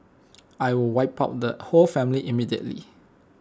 I will wipe out the whole family immediately